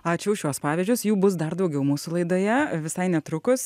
ačiū už šiuos pavyzdžius jų bus dar daugiau mūsų laidoje visai netrukus